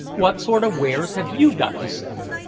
what sort of wares have you got to sell?